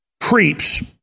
creeps